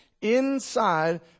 inside